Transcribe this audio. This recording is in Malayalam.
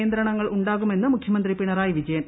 നിയന്ത്രണങ്ങൾ ഉണ്ടാകുമെന്ന് മുഖൃമന്ത്രി പിണറായി വിജയൻ